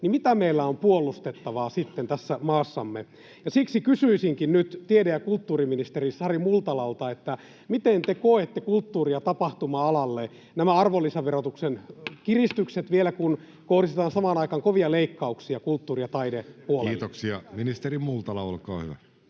niin mitä meillä on puolustettavaa sitten tässä maassamme. Siksi kysyisinkin nyt tiede‑ ja kulttuuriministeri Sari Multalalta: miten te koette kulttuuri‑ ja tapahtuma-alalle nämä arvonlisäverotuksen kiristykset, vielä kun kohdistetaan samaan aikaan kovia leikkauksia kulttuuri‑ ja taidepuolelle? Kiitoksia. — Ministeri Multala, olkaa hyvä.